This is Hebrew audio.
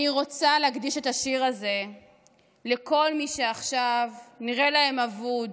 אני רוצה להקדיש את השיר הזה לכל אלה שעכשיו נראה להם אבוד